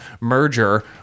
merger